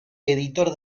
editor